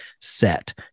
set